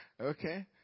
Okay